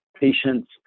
patients